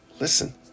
Listen